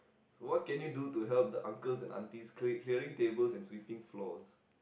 so what can you do to help the uncles and aunties quick cleaning tables and sweeping floors